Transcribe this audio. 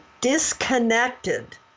disconnected